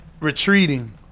retreating